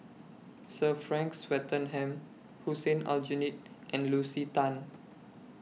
Sir Frank Swettenham Hussein Aljunied and Lucy Tan